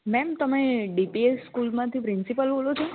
ma'am તમે DPS સ્કૂલમાંથી principal બોલો છો